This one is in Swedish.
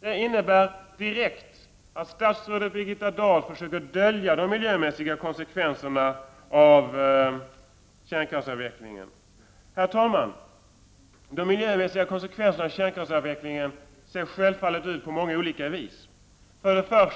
Det innebär också att statsrådet Birgitta Dahl försöker dölja de miljömässiga konsekvenserna av kärnkraftsavvecklingen. Herr talman! De miljömässiga konsekvenserna av kärnkraftsavvecklingen ser självfallet ut på många olika vis. Först och